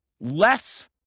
less